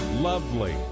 lovely